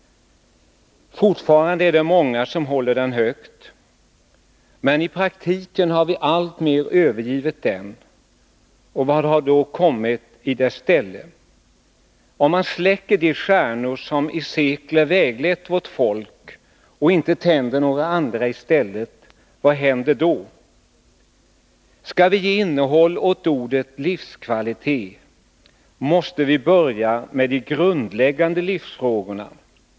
Fortfarande är det många som håller den högt. Men i praktiken har vi alltmer övergivit den, och vad har då kommit i dess ställe? Om man släcker de stjärnor som i sekler väglett vårt folk och inte tänder några andra i stället — vad händer då? Skall vi ge innehåll åt ordet livskvalitet måste vi börja med de grundläggande livsfrågorna.